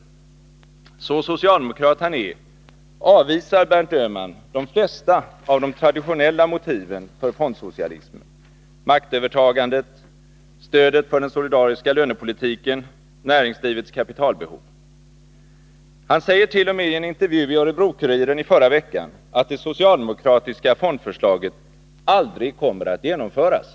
Så socialdemokrat han är avvisar Berndt Öhman de flesta av de traditionella motiven för fondsocialism: maktövertagandet, stödet för den solidariska lönepolitiken, näringslivets kapitalbehov. Han säger t.o.m. i en intervju i Örebro-Kuriren i förra veckan, att det socialdemokratiska fondförslaget aldrig kommer att genomföras.